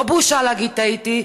לא בושה להגיד: טעיתי,